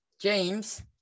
James